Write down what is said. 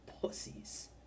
pussies